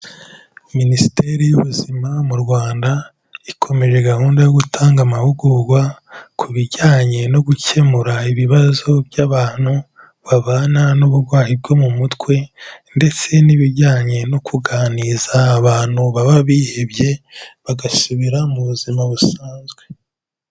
Minisiteri y'ubuzima mu Rwanda ikomeje gahunda yo gutanga amahugugwa ku bijyanye no gukemura ibibazo by'abantu babana n'ubugwayi bwo mu mutwe, ndetse n'ibijyanye no kuganiriza abantu baba bihebye bagasubira mu buzima busanzwe.